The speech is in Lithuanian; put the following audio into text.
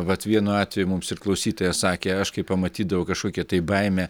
vat vienu atveju mums ir klausytoja sakė aš kai pamatydavau kažkokią tai baimę